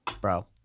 bro